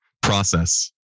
Process